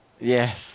Yes